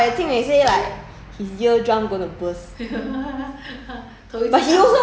before twelve lor I think !wah! I scream so loud leh jing wei say like